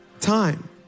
time